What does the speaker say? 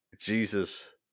Jesus